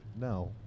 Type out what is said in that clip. No